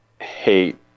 hate